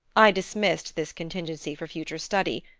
i dismissed this contingency for future study,